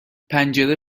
پنجره